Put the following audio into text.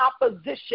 opposition